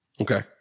Okay